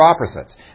opposites